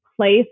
place